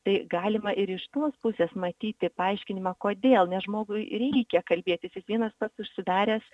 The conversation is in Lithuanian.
tai galima ir iš tos pusės matyti paaiškinimą kodėl nes žmogui reikia kalbėtis jis vienas pats užsidaręs